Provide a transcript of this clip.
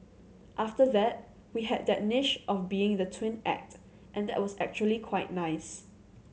after that we had that niche of being the twin act and that was actually quite nice